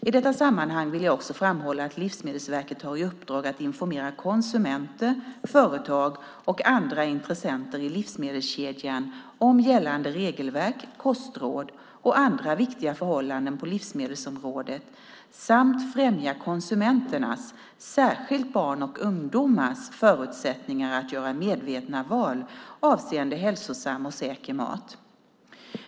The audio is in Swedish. I detta sammanhang vill jag också framhålla att Livsmedelsverket har i uppdrag att informera konsumenter, företag och andra intressenter i livsmedelskedjan om gällande regelverk, kostråd och andra viktiga förhållanden på livsmedelsområdet samt främja konsumenternas, särskilt barns och ungdomars, förutsättningar att göra medvetna val avseende hälsosam och säker mat.